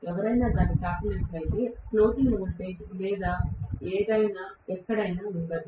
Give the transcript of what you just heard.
ఎవరైనా దాన్ని తాకినట్లయితే ఫ్లోటింగ్ వోల్టేజ్ లేదా ఏదైనా ఎక్కడైనా ఉండదు